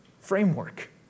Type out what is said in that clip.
framework